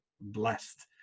blessed